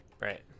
Right